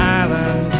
island